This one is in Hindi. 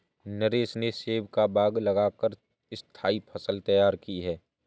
नरेश ने सेब का बाग लगा कर स्थाई फसल तैयार की है